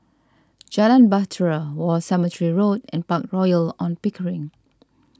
Jalan Bahtera War Cemetery Road and Park Royal on Pickering